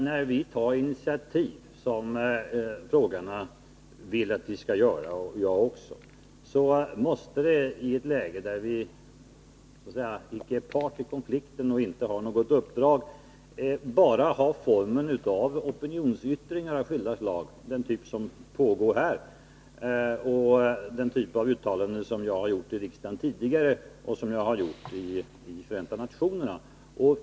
När vi tar initiativ, som frågeställarna vill att vi skall göra — och jag också —, kan det i ett läge där vi så att säga icke är part i konflikten och inte har något uppdrag bara ha formen av opinionsyttringar av skilda slag. Det blir fråga om opinionsyttringar av den typ som förekommer här och det slags uttalanden som jag har gjort i riksdagen tidigare och i Förenta nationerna.